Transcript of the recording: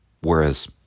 whereas